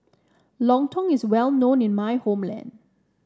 Lontong is well known in my hometown